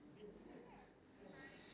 ya I think we go does